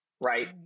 right